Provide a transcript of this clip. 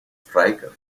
striker